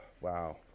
Wow